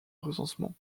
recensement